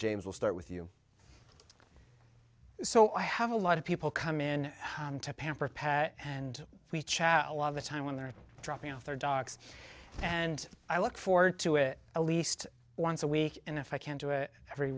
james we'll start with you so i have a lot of people come in to pamper pat and we chat a lot of the time when they're dropping off their docs and i look forward to it at least once a week and if i can't do it every